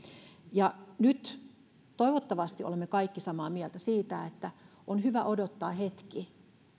ja nyt toivottavasti olemme kaikki samaa mieltä siitä että on hyvä odottaa hetki